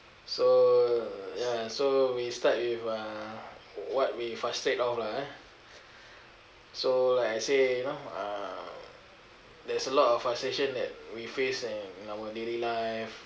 so ya so we start with uh what we frustrate of lah ah so like I say you know uh there's a lot of frustration that we face in our daily life